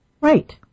Right